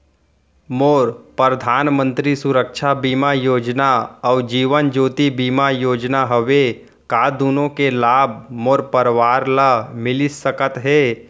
मोर परधानमंतरी सुरक्षा बीमा योजना अऊ जीवन ज्योति बीमा योजना हवे, का दूनो के लाभ मोर परवार ल मिलिस सकत हे?